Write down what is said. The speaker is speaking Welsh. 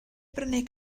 brynu